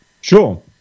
Sure